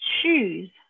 choose